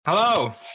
Hello